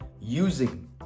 using